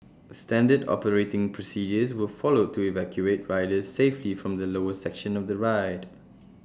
standard operating procedures were followed to evacuate riders safely from the lower section of the ride